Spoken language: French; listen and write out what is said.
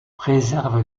préserve